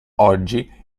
oggi